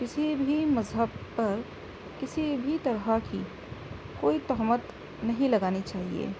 کسی بھی مذہب پر کسی بھی طرح کی کوئی تہمت نہیں لگانی چاہیے